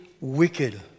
wicked